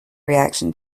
reaction